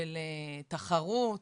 של תחרות,